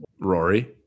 Rory